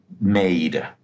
made